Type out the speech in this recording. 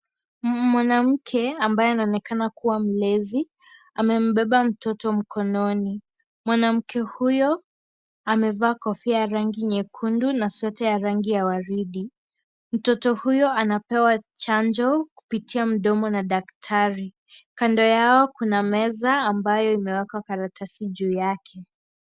Mwanamke ambaye anaonekana kuwa mlezi amembeba mtoto mkononi ,mwanamme huyo amevaa kofia ya rangi nyekundu na sweta ya rangi ya waridi mtoto huyo anapewa chanjo kupitia mdomo na daktari kando yao kuna meza ambayo imewekwa karatasi juu yake.